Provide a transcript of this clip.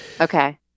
Okay